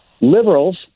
Liberals